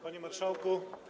Panie Marszałku!